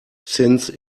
since